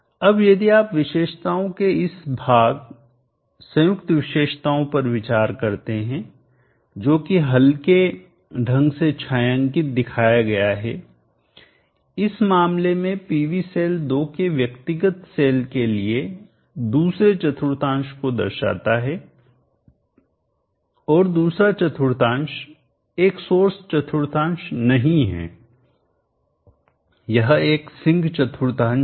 अब यदि आप विशेषताओं के इस भाग संयुक्त विशेषताओं पर विचार करते हैं जोकि हल्के ढंग से छायांकित दिखाया गया है इस मामले में पीवी सेल 2 के व्यक्तिगत सेल के लिए दूसरे चतुर्थांश को दर्शाता है और दूसरा चतुर्थांश एक सोर्स चतुर्थांश नहीं है यह एक सिंक चतुर्थांश है